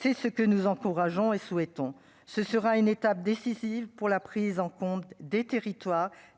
c'est ce que nous encourageons et souhaitons ce sera une étape décisive pour la prise en compte des territoires,